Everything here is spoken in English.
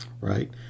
right